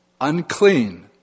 unclean